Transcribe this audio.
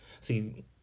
See